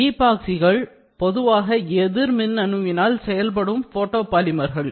ஈபோக்சிகள் பொதுவாக எதிர்மின்னணுவினால் செயல்படும் ஃபோட்டோபாலிமர்கள்